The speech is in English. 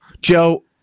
Joe